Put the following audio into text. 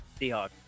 Seahawks